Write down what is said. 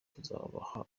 tuzabaha